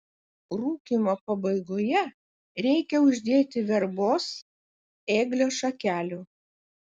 rūkymo pabaigoje reikia uždėti verbos ėglio šakelių